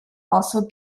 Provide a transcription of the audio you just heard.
also